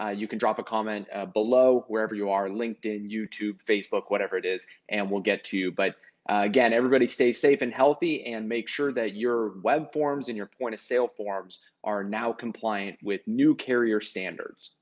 ah you can drop a comment below wherever you are, linkedin, youtube, facebook, whatever it is, and we'll get to, but again, everybody stay safe and healthy, and make sure that your web forms and your point of sale forms are now compliant with new carrier standards.